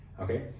okay